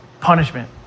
punishment